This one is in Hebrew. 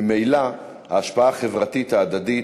ממילא ההשפעה החברתית ההדדית,